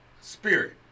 Spirit